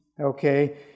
Okay